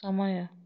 ସମୟ